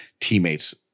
teammates